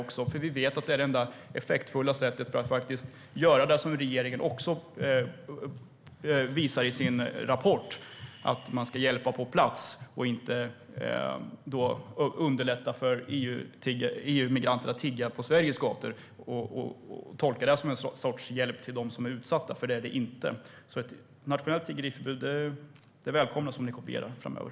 Vi vet att detta är det enda effektiva sättet att göra det. Också i sin rapport skriver regeringen att man ska hjälpa på plats och inte underlätta för EU-migranter att tigga på Sveriges gator, för det är inte en hjälp till dem som är utsatta. Det välkomnas om ni kopierar förslaget om nationellt tiggeriförbud framöver.